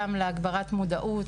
גם להגברת מודעות,